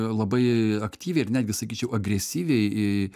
labai aktyviai ir netgi sakyčiau agresyviai